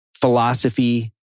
philosophy